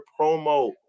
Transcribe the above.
promo